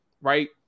Right